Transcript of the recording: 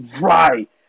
Right